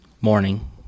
morning